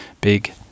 big